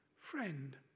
friend